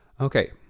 Okay